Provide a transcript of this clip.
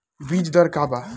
बीज दर का वा?